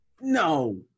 No